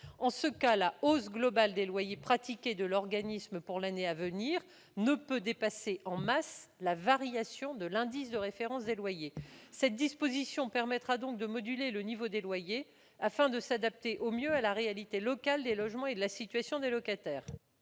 en ce cas, la hausse globale des loyers pratiqués de l'organisme pour l'année à venir ne peut dépasser, en masse, la variation de l'IRL. Cette disposition permettra de moduler le niveau des loyers afin de s'adapter au mieux à la réalité locale des logements et à la situation des locataires.